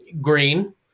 green